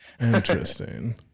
Interesting